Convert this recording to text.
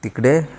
तिकडे